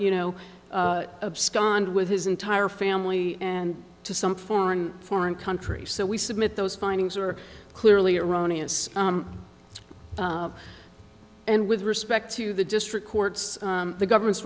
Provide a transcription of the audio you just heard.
you know of scotland with his entire family and to some foreign foreign country so we submit those findings are clearly erroneous and with respect to the district courts the government's